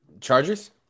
Chargers